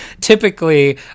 typically